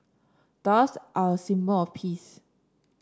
doves are a symbol of peace